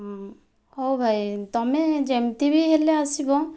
ହଁ ହେଉ ଭାଇ ତୁମେ ଯେମିତି ବି ହେଲେ ଆସିବ